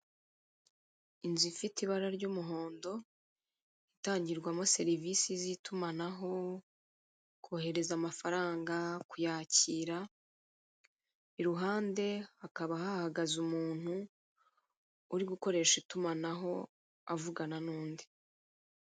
Inzi ifite ibara ry'umuhondo itangirwamo serivisi z'itumanaho, kohereza amafaranga, kuyakira iruhande hakaba hahagaze umuntu uri gukoresha itumanaho avugana n'undi.